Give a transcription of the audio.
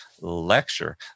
lecture